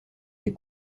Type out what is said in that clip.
les